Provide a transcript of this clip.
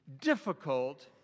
difficult